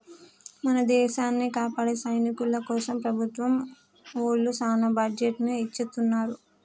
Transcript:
మన దేసాన్ని కాపాడే సైనికుల కోసం ప్రభుత్వం ఒళ్ళు సాన బడ్జెట్ ని ఎచ్చిత్తున్నారు